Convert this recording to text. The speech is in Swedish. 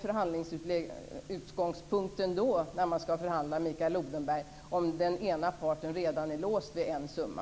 Vilken är utgångspunkten när man skall förhandla, Mikael Odenberg, om den ena parten redan är låst vid en summa?